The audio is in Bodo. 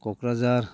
क'क्राझार